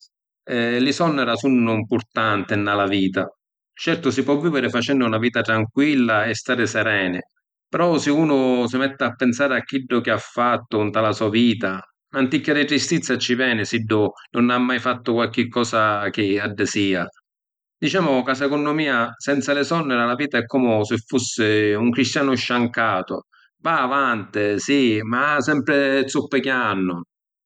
Eh… Li sonnira sunnu ‘mpurtanti nna la vita. Certu si po’ viviri facennu na vita tranquilla e stari sereni, però si’ unu si metti a pinsari a chiddu chi ha fattu nta la so’ vita, n’anticchia di tristizza ci veni siddu nun ha mai fattu qualchi cosa chi addisia. Dicemu ca, secunnu mia, senza li sonnira la vita è comu si fussi un cristianu sciàncatu, va avanti, si, ma sempri zuppichiànnu.